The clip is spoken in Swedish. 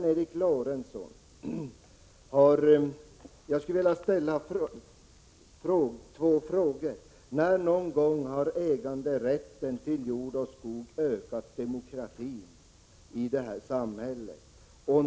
Jag vill ställa två frågor till Sven Eric Lorentzon: Har äganderätten till jord och skog någon gång ökat demokratin i samhället?